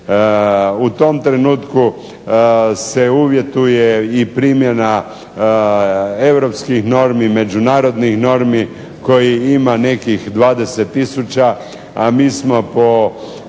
U tom trenutku se uvjetuje i primjena europskih normi, međunarodnih normi kojih ima nekih 20 tisuća, a mi smo po